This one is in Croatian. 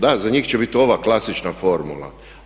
Da, za njih će biti ova klasična formula.